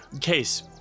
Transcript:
case